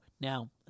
Now